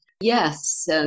Yes